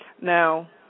Now